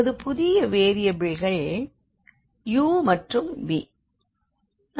நமது புதிய வேரியபிள்கள் uமற்றும் v